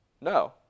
No